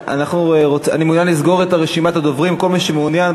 אנחנו עוברים להצעת החוק